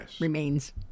remains